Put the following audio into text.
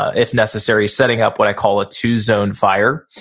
if necessary, setting up what i call a two-zone fire.